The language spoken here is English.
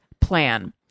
plan